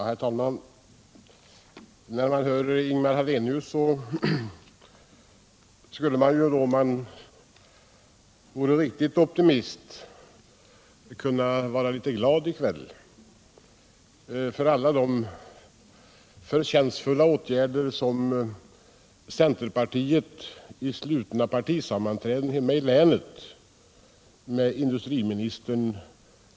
Herr talman! När man hör Ingemar Hallenius skulle man — om man vore stor optimist — kunna vara glad i kväll för alla de förtjänstfulla åtgärder som centerpartiet vid slutna partisammanträden hemma i länet tydligen dryftar med industriministern.